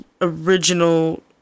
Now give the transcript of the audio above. original